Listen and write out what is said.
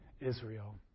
Israel